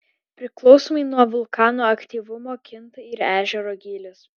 priklausomai nuo vulkano aktyvumo kinta ir ežero gylis